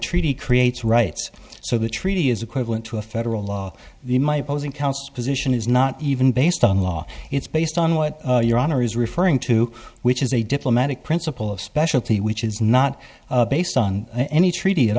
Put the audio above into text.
treaty creates rights so the treaty is equivalent to a federal law the my opposing counsel position is not even based on law it's based on what your honor is referring to which is a diplomatic principle of specialty which is not based on any treaty at